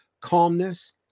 calmness